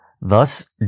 Thus